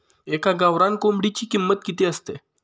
एका गावरान कोंबडीची किंमत किती असते?